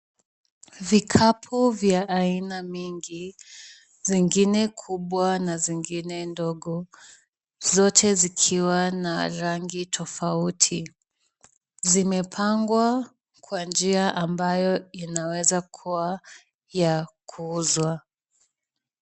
Vikapu vya aina mingi, zingine kubwa na zingine ndogo, zote zikiwa na rangi tofauti. Zimepangwa kwa njia ambayo inaweza kuwa ya kuuzwa.